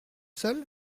seul